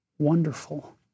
wonderful